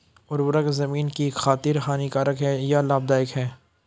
उर्वरक ज़मीन की खातिर हानिकारक है या लाभदायक है?